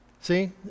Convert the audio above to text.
See